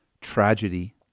tragedy